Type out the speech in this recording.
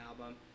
album